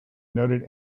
noted